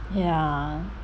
ya